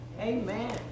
Amen